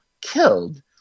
killed